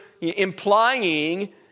implying